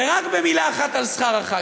רק במילה אחת על שכר חברי הכנסת.